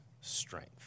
strength